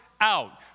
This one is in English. out